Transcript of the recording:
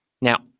Now